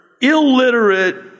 illiterate